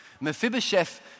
Mephibosheth